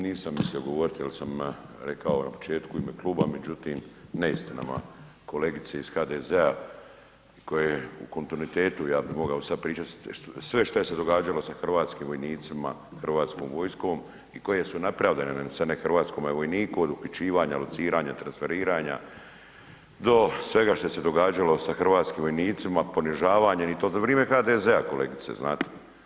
Nisam mislio govoriti jer sam rekao na početku u ime kluba međutim neistinama kolegice iz HDZ-a koje u kontinuitetu ja bih mogao sada pričati sve što se je događalo sa hrvatskim vojnicima, Hrvatskom vojskom i koje su nepravde nanesene hrvatskome vojniku od uhićivanja, lociranja, transferiranja do svega što se događalo sa hrvatskim vojnicima, ponižavanja i to za vrijeme HDZ-a kolegice, znate.